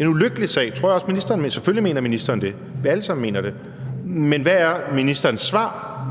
en ulykkelig sag. Det tror jeg også ministeren mener – selvfølgelig mener ministeren det.